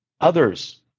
others